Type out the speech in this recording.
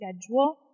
schedule